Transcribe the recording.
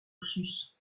ursus